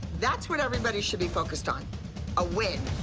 that's what everybody should be focused on a win.